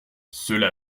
cela